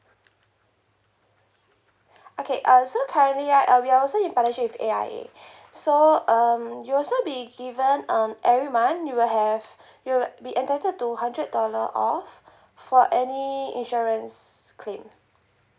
okay uh so currently right uh we are in partnership with A_I_A so um you'll also be given um every month you will have you will be entitled to hundred dollar off for any insurance claim